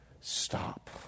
Stop